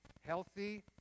Healthy